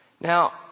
Now